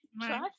Try